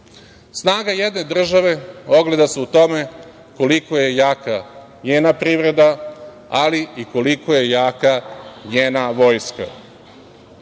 Snaga jedne države ogleda se u tome koliko je jaka njena privreda, ali i koliko je jaka njena vojska. Mi